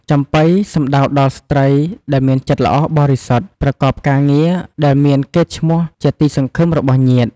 ចំប៉ី សំដៅដល់ស្រ្តីដែលមានចិត្តល្អបរិសុទ្ធ ប្រកបកាងារដែលមានកេរ្តិ៍ឈ្មោះជាទីសង្ឃឹមរបស់ញាតិ។